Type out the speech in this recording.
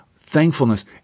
thankfulness